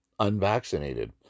unvaccinated